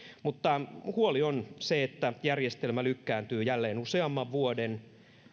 huoli on se että järjestelmä lykkääntyy jälleen useamman vuoden